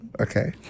Okay